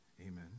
Amen